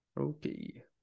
Okay